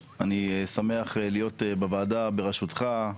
היושב-ראש, אני שמח להיות בוועדה בראשותך.